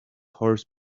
horse